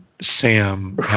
Sam